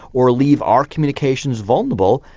or leave our communications vulnerable,